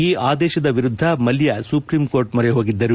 ಈ ಆದೇಶದ ವಿರುದ್ದ ಮಲ್ಲ ಸುಪ್ರೀಂಕೋರ್ಟ್ ಮೊರೆಹೋಗಿದ್ದರು